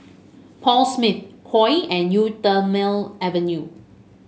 Paul Smith Koi and Eau Thermale Avene